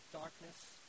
darkness